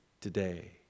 today